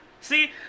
See